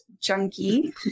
junkie